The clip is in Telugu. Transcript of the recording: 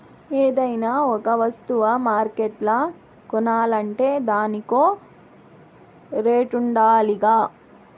ఏదైనా ఒక వస్తువ మార్కెట్ల కొనాలంటే దానికో రేటుండాలిగా